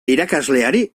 irakasleari